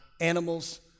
animals